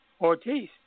Ortiz